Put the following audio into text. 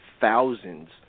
thousands